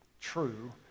true